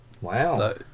Wow